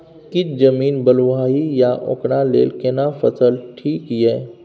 किछ जमीन बलुआही ये ओकरा लेल केना फसल ठीक ये?